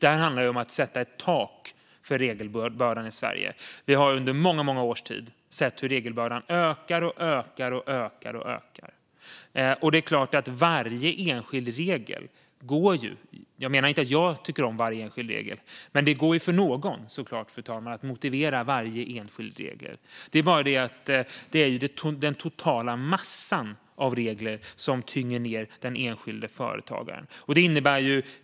Det handlar om att sätta ett tak för regelbördan i Sverige. Vi har under många års tid sett hur regelbördan ökar och ökar. Jag menar inte att jag tycker om varje enskild regel, men det går såklart för någon att motivera varje enskild regel. Det är bara det att det är den totala massan av regler som tynger ned den enskilde företagaren.